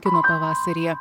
kino pavasaryje